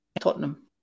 Tottenham